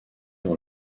dans